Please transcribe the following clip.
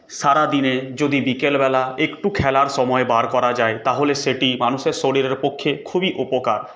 সারাদিনে যদি বিকেলবেলা একটু খেলার সময় বার করা যায় তাহলে সেটি মানুষের শরীরের পক্ষে খুবই উপকার